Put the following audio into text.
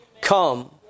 come